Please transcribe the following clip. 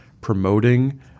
promoting